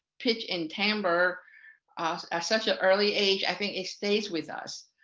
pitch and timbre at such an early age i mean it stays with us.